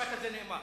המשפט הזה נאמר.